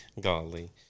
Golly